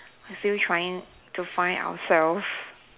still trying to find ourselves